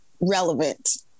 relevant